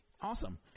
Awesome